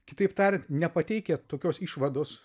kitaip tariant nepateikia tokios išvados